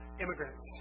immigrants